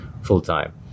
full-time